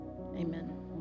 Amen